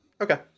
Okay